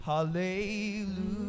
Hallelujah